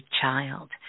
child